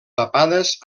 tapades